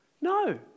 no